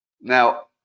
Now